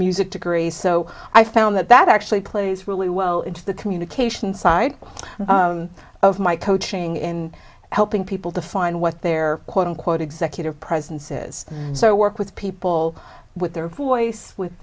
music degree so i found that that actually plays really well into the communication side of my coaching and helping people to find what their quote unquote executive presence is so work with people with their voice with